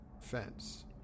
fence